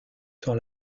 sur